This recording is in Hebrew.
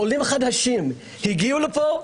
עולים חדשים הגיעו לפה,